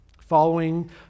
Following